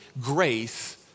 grace